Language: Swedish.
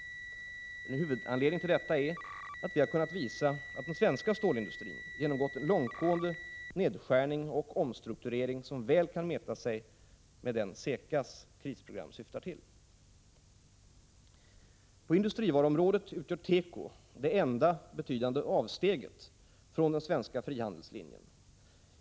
En huvudanledning till detta är att vi kunnat visa att den svenska stålindustrin genomgått en långtgående nedskärning och omstrukturering som väl kan mäta sig med den CECA:s krisprogram syftar till. På industrivaruområdet utgör teko det enda betydande avsteget från den svenska frihandelslinjen.